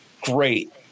Great